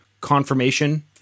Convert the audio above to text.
confirmation